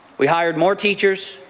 we hired more teachers,